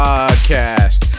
Podcast